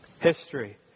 history